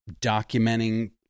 documenting